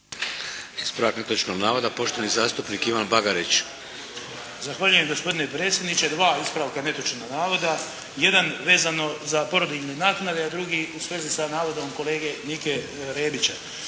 Ispravak netočnog navoda, poštovani zastupnik Ivan Bagarić. **Bagarić, Ivan (HDZ)** Zahvaljujem gospodine predsjedniče. Dva ispravka netočnog navoda. Jedan, vezano za porodiljne naknade, a drugi u svezi sa navodom kolege Nike Rebića.